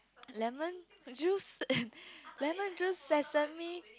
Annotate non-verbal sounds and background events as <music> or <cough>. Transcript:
lemon juice <laughs> lemon juice sesame